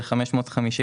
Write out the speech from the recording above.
תוספתי.